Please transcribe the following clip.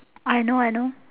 I know I know